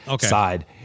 side